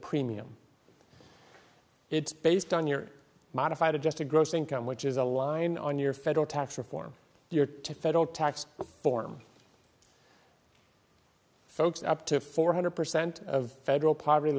premium it's based on your modified adjusted gross income which is a line on your federal tax reform your to federal tax form folks up to four hundred percent of federal poverty